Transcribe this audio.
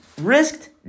risked